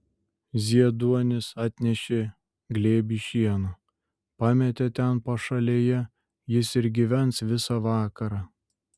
zieduonis atnešė glėbį šieno pametė ten pašalėje jis ir gyvens visą vakarą